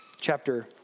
Chapter